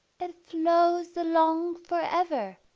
it flows along for ever,